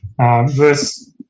Verse